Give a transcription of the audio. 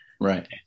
right